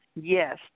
Yes